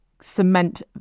cement